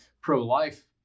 pro-life